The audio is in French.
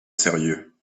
sérieux